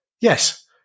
Yes